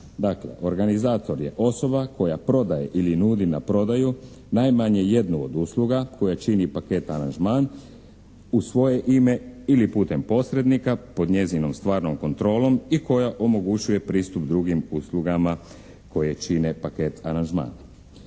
Dakle, organizator je osoba koja prodaje ili nudi na prodaju najmanje jednu od usluga koja čini paket aranžman u svoje ime ili putem posrednika pod njezinom stvarnom kontrolom i koja omogućuje pristup drugim uslugama koje čine paket aranžman.